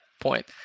point